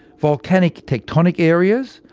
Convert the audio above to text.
volcanic tectonic areas,